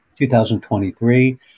2023